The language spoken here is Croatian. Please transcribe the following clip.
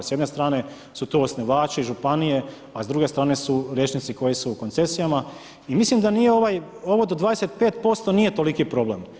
S jedne strane su tu osnivači, županije, a s druge strane su liječnici koji su u koncesijama i mislim da nije ovo do 25% nije toliki problem.